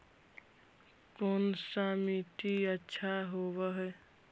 कोन सा मिट्टी अच्छा होबहय?